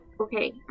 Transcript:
okay